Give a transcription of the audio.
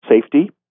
safety